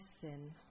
sin